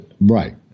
Right